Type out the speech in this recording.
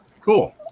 Cool